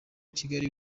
kigali